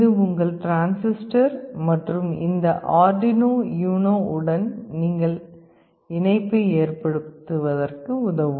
இது உங்கள் டிரான்சிஸ்டர் மற்றும் இந்த ஆர்டுயினோ யுனோ உடன் நீங்கள் இணைப்பை ஏற்படுத்தியுள்ளீர்கள்